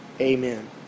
Amen